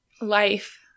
life